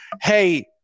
hey